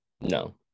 no